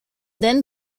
then